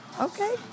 Okay